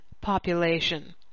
population